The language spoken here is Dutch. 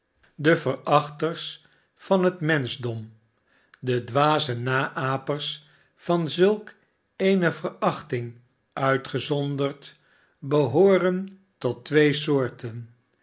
de verachters van het menschdom de dwaze naapers van zulk eene verachting uitgezonderd behooren tot twee soorten